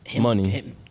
money